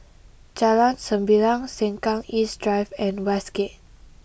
Jalan Sembilang Sengkang East Drive and Westgate